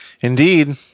indeed